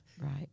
right